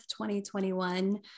2021